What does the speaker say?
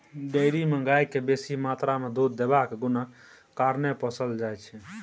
dairy मे गाय केँ बेसी मात्रा मे दुध देबाक गुणक कारणेँ पोसल जाइ छै